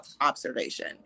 observation